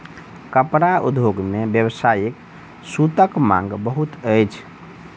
कपड़ा उद्योग मे व्यावसायिक सूतक मांग बहुत अछि